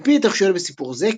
על פי ההתרחשויות בסיפור זה,